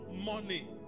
money